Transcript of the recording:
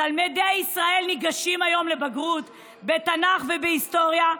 תלמידי ישראל ניגשים היום לבגרות בתנ"ך ובהיסטוריה,